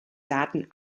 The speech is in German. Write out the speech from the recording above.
daten